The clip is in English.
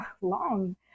long